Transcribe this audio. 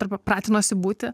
arba pratinuosi būti